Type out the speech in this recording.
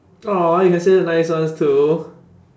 !aww! you can say the nice ones too